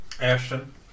Ashton